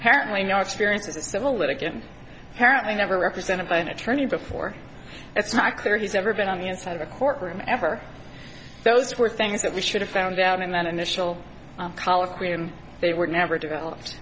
apparently no experience as a civil litigation apparently never represented by an attorney before it's not clear he's ever been on the inside of a courtroom ever those are things that we should have found out in an initial colloquy and they were never developed